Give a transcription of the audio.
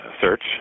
Search